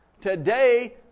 Today